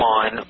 on